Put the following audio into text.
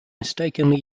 mistakenly